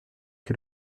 que